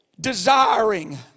desiring